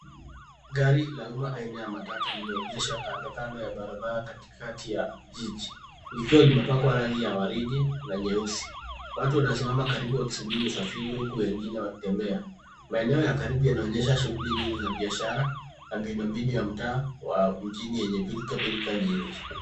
Gari la umma aina ya matatu limeegeshwa kandokando ya barabara katikati ya jiji likiwa limepakwa rangi ya waridi na nyeusi. Watu wanasimama karibu wakisubiri usafiri huku wengine wakitembea. Maeneo ya karibu yanaonyesha shughuli nyingi ya biashara na miundombinu ya mtaa yenye pilkapilka nyingi.